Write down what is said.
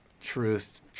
Truth